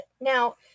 Now